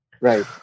Right